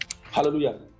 hallelujah